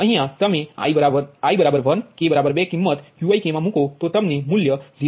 તેથી તમે i 1 k 2 કિમ્મત Qikમૂકો તો તમને મૂલ્ય 0